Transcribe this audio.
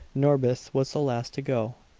norbith was the last to go.